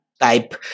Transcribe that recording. type